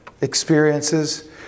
experiences